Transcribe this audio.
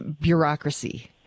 bureaucracy